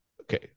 Okay